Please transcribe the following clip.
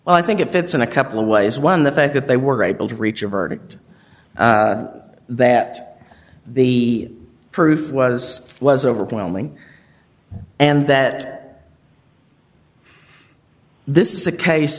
well i think it fits in a couple of ways one the fact that they were able to reach a verdict that the proof was was overwhelming and that this is a case